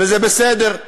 וזה בסדר,